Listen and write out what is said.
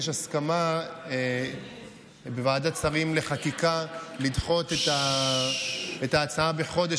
יש הסכמה בוועדת שרים לחקיקה לדחות את ההצעה בחודש,